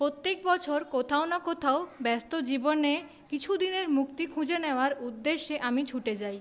প্রত্যেক বছর কোথাও না কোথাও ব্যস্ত জীবনে কিছু দিনের মুক্তি খুঁজে নেওয়ার উদ্দেশ্যে আমি ছুটে যাই